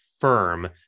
firm